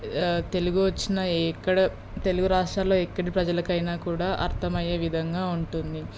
తెలుగు వచ్చిన ఎక్కడ తెలుగు రాష్ట్రాల్లో ఎక్కడి ప్రజలకైనా కూడా అర్థమయ్యే విధంగా ఉంటుంది